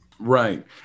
Right